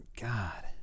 God